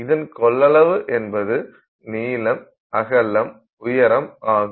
இதன் கொள்ளளவு என்பது நீளம் அகலம் உயரம் ஆகும்